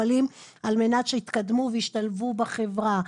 מוגבלויות על-מנת שיתקדמו וישתלבו בחברה.